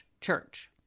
church